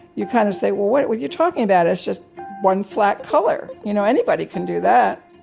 you kind of say, well, what are you talking about? it's just one flat color. you know anybody can do that.